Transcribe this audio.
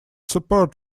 support